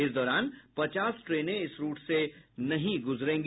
इस दौरान पचास ट्रेनें इस रूट से नहीं गुजरेंगी